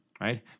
right